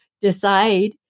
decide